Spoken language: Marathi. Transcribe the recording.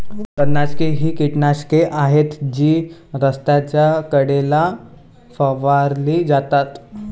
तणनाशके ही कीटकनाशके आहेत जी रस्त्याच्या कडेला फवारली जातात